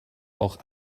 auch